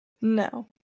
No